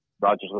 Rogers